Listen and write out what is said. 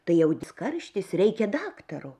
tai jau karštis reikia daktaro